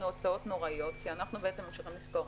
הוצאות נוראיות כי אנחנו ממשיכים לספור.